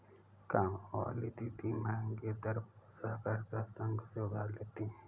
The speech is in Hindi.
कामवाली दीदी महंगे दर पर सहकारिता संघ से उधार लेती है